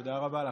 תודה רבה לך.